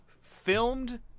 filmed